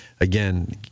again